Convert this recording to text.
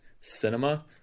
cinema